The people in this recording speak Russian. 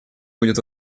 будет